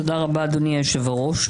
תודה רבה, אדוני יושב-הראש.